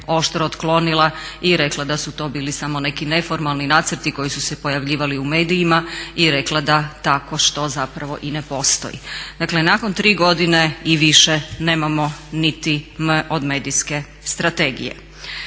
oštro otklonila i rekla da su to bili samo neki neformalni nacrti koji su se pojavljivali u medijima i rekla da takvo što zapravo i ne postoji. Dakle, nakon tri godine i više nemamo niti M od medijske strategije.